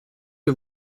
que